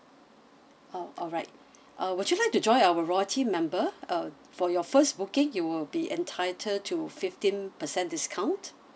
oh alright uh would you like to join our royalty member uh for your first booking you will be entitled to fifteen percent discount